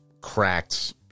cracked